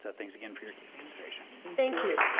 so thanks again for your consideration. thank you.